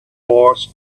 wars